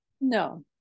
No